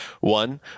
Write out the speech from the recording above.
One